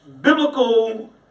Biblical